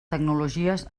tecnologies